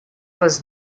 was